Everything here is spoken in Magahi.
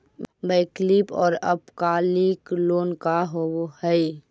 वैकल्पिक और अल्पकालिक लोन का होव हइ?